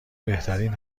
بهترین